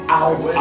out